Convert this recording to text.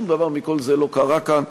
שום דבר מכל זה לא קרה כאן,